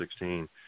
2016